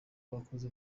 wakoze